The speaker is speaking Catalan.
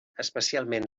especialment